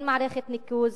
אין מערכת ניקוז,